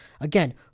again